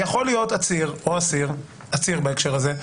יכול להיות עציר או אסיר, עציר בהקשר הזה,